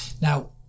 Now